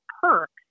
perks